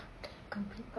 dalam cupboard